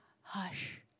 hush